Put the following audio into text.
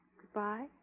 Goodbye